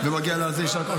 ומגיע לה על זה יישר כוח.